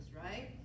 right